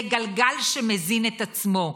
זה גלגל שמזין את עצמו.